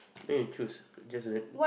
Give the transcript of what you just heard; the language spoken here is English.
then you choose just ran